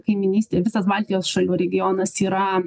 kaimynystė visas baltijos šalių regionas yra